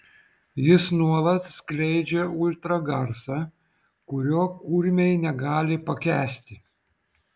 jis nuolat skleidžia ultragarsą kurio kurmiai negali pakęsti